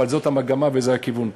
אבל זאת המגמה וזה הכיוון.